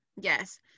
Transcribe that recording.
Yes